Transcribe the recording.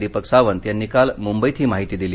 दीपक सावंत यांनी काल मुंबईत ही माहिती दिली